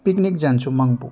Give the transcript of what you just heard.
picnic जान्छु मङ्पू